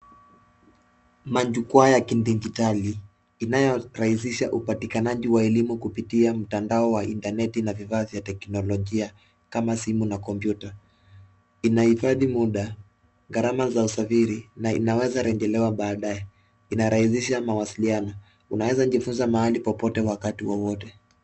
Majukuwaa ya Kidijitali inayorahisisha upatikanaji wa elimu kupitia mtandao wa intaneti na vifaa vya teknolojia kama simu na kompyuta. Inahifadhi muda, garama za usafiri na inaweza rejelewa baadae, inarahisisha mawasliano. Unaweza jifunza mahali popote wakati wowote.